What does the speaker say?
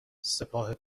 سپاه